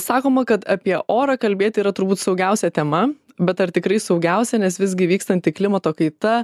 sakoma kad apie orą kalbėti yra turbūt saugiausia tema bet ar tikrai saugiausia nes visgi vykstanti klimato kaita